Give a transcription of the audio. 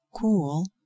cool